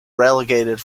relegated